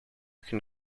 can